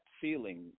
Feeling